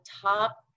top